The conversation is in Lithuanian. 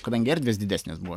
kadangi erdvės didesnės buvo